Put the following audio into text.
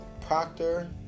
Proctor